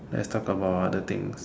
let's talk about other things